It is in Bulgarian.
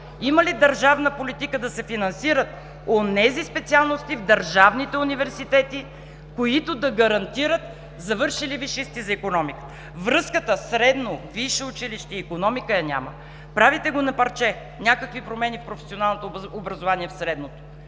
Има ли държавна политика да се финансират онези специалности в държавните университети, които да гарантират завършили висшисти за икономиката? Връзката средно – висше училище – икономика, я няма. Правите го на парче – някакви промени в професионалното образование, в средното,